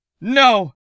No